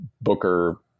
Booker